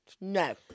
no